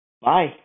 Bye